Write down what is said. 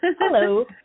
Hello